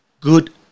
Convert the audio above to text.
good